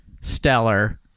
Stellar